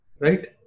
Right